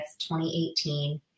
2018